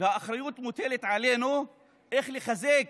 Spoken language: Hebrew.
ועלינו מוטלת האחריות לחזק